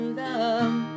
love